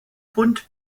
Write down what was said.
bund